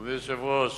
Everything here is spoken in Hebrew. אדוני היושב-ראש,